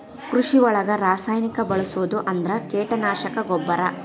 ಕೃಷಿ ಒಳಗ ರಾಸಾಯನಿಕಾ ಬಳಸುದ ಅಂದ್ರ ಕೇಟನಾಶಕಾ, ಗೊಬ್ಬರಾ